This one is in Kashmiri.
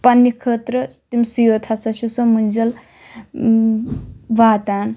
پَننہِ خٲطرٕ تٔمسٕے یوٗت ہسا چھِ سۄ مٔنزِل واتان